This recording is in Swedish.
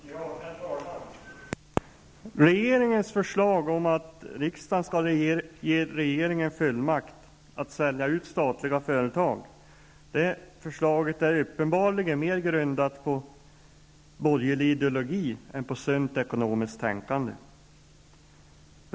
Herr talman! Regeringens förslag om att riksdagen skall ge regeringen fullmakt att sälja statliga företag är uppenbarligen mer grundat på borgerlig ideologi än på sunt ekonomiskt tänkande.